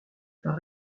par